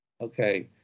Okay